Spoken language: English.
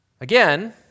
Again